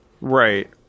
Right